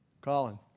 Colin